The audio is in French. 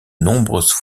nombreuses